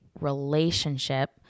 relationship